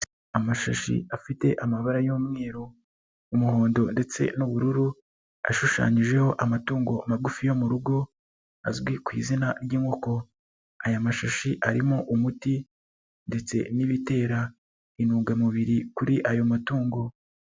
Amashashi afite amabara y'umweru, umuhondo ndetse n'ubururu ashushanyijeho amatungo magufi yo mu rugo azwi ku izina ry'inkoko, aya mashashi arimo umuti ndetse n'ibitera intungamubiri kuri ayo matungo.